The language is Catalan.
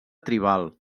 tribal